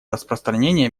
распространения